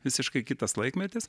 visiškai kitas laikmetis